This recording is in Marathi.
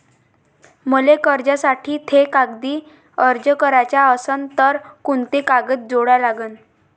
मले कर्जासाठी थे कागदी अर्ज कराचा असन तर कुंते कागद जोडा लागन?